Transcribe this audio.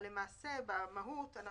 אבל למעשה במהות,